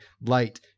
light